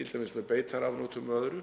t.d. með beitarafnot og annað.